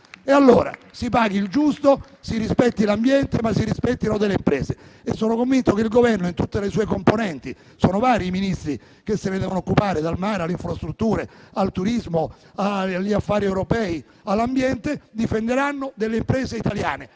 Si paghi il giusto, si rispetti l'ambiente, ma si rispettino anche le imprese. Sono convinto che il Governo, in tutte le sue componenti (sono vari i Ministri che se ne devono occupare, dal mare alle infrastrutture, al turismo, agli affari europei, all'ambiente), difenderà le imprese italiane.